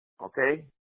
Okay